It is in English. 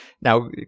now